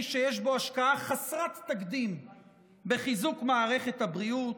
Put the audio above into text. שיש בו השקעה חסרת תקדים בחיזוק מערכת הבריאות.